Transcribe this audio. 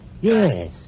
Yes